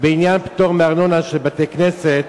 בעניין פטור מארנונה של בתי-כנסת